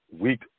weak